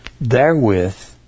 therewith